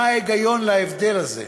מה ההיגיון בהבדל הזה?